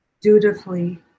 dutifully